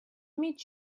meet